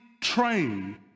train